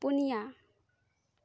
ᱯᱩᱱᱤᱭᱟ